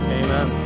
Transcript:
amen